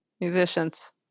Musicians